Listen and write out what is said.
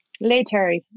Later